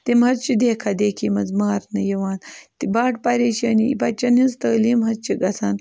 تِم حظ چھِ دیکھا دیکھی منٛز مارنہٕ یِوان تہِ بَڑٕ پرییشٲنی بَچَن ہِنٛز تٲلیٖم حظ چھِ گژھان